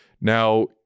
Now